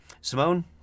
Simone